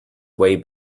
way